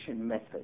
method